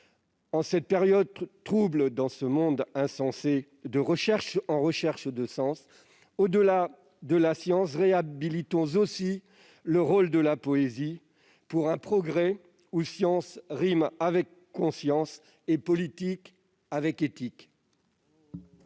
En cette période trouble, dans ce monde insensé en quête de sens, au-delà de la science, réhabilitons aussi le rôle de la poésie, pour un progrès où science rime avec conscience et politique avec éthique.